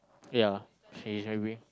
yeah